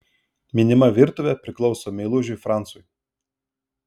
minima virtuvė priklauso meilužiui francui